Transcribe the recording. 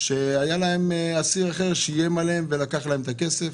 היו אסירים שאסיר אחר איים עליהם ולקח להם את הכסף.